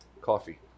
coffee